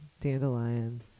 dandelion